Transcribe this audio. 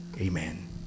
Amen